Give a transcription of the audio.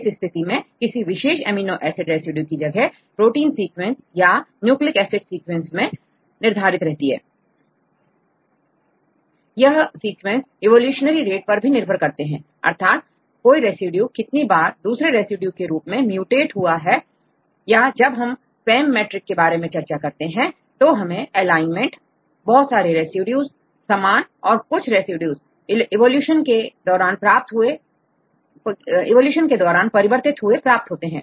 इस स्थिति में किसी विशेष अमीनो एसिड रेसिड्यू की जगह प्रोटीन सीक्वेंस या न्यूक्लिक एसिड सीक्वेंस में निर्धारित रहती है यह सीक्वेंस इवोल्यूशनरी रेट पर भी निर्भर करते हैं अर्थात कोई रेसिड्यू कितनी बार दूसरे रेसिड्यू के रूप में म्यूटएट हुआ है या जब हम PAM मैट्रिक के बारे में चर्चा करते हैं तो हमें एलाइनमेंट बहुत सारे रेसिड्यूज समान और कुछ रेसिड्यू इवोल्यूशन के दौरान परिवर्तित हुए प्राप्त होते हैं